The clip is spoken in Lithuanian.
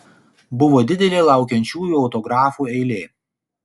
buvo didelė laukiančiųjų autografų eilė